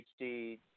HD